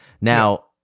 Now